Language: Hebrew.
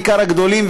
בעיקר הגדולים,